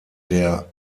der